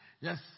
Yes